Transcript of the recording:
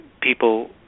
people